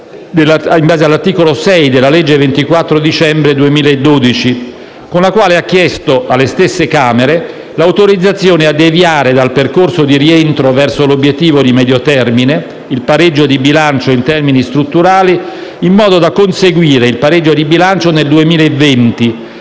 ai sensi dell'articolo 6 della legge 24 dicembre 2012, n. 243, con la quale ha chiesto alle stesse Camere l'autorizzazione a deviare dal percorso di rientro verso l'obiettivo di medio termine (il pareggio di bilancio in termini strutturali), in modo da conseguire il pareggio di bilancio nel 2020,